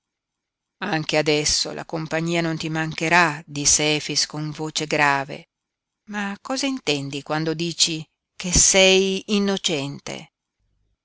anche adesso la compagnia non ti mancherà disse efix con voce grave ma cosa intendi quando dici che sei innocente